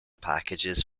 packages